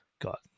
got